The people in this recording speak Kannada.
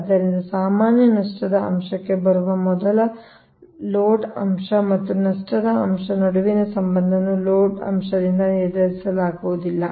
ಆದ್ದರಿಂದ ಸಾಮಾನ್ಯ ನಷ್ಟದ ಅಂಶಕ್ಕೆ ಬರುವ ಮೊದಲು ಲೋಡ್ ಅಂಶ ಮತ್ತು ನಷ್ಟದ ಅಂಶದ ನಡುವಿನ ಸಂಬಂಧವನ್ನು ಲೋಡ್ ಅಂಶದಿಂದ ನಿರ್ಧರಿಸಲಾಗುವುದಿಲ್ಲ